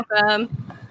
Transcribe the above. welcome